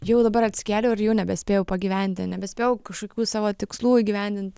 jau dabar atsikėliau ir jau nebespėjau pagyventi nebespėjau kažkokių savo tikslų įgyvendint